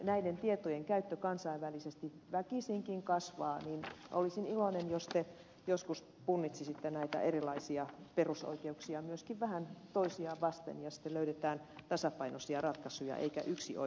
kun näiden tietojen käyttö kansainvälisesti väkisinkin kasvaa niin olisin iloinen jos te joskus punnitsisitte näitä erilaisia perusoikeuksia myöskin vähän toisiaan vasten ja sitten löydetään tasapainoisia ratkaisuja eikä toimita yksioikoisesti